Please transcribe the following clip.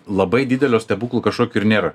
labai didelio stebuklų kažkokių ir nėra